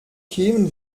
kämen